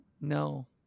No